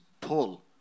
pull